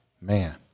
Man